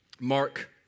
Mark